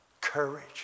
courage